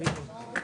בוקר טוב,